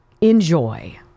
Enjoy